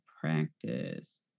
practice